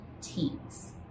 teams